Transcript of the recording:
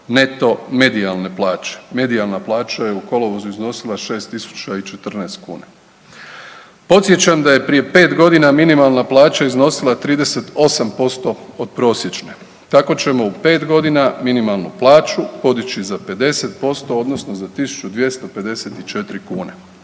neto medijalne plaće. Medijalna plaća je u kolovozu iznosila 6.014 kuna. Podsjećam da je prije 5 godina minimalna plaća iznosila 38% od prosječne, tako ćemo u 5 godina minimalnu plaću podići za 50% odnosno za 1.254 kune